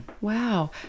Wow